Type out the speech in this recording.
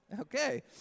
Okay